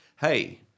Hey